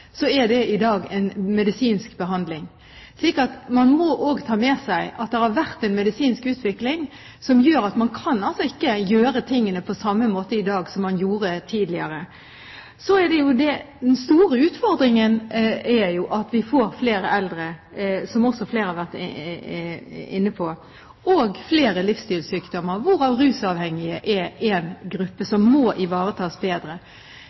er det i dag en medisinsk behandling. Man må også ta med seg at det har vært en medisinsk utvikling som gjør at man kan ikke gjøre tingene på samme måte i dag som man gjorde tidligere. Så er den store utfordringen at vi får flere eldre, som også flere har vært inne på, og flere livsstilssykdommer, og rusavhengige er en gruppe som må ivaretas bedre.